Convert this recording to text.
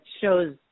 shows